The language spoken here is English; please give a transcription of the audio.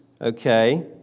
okay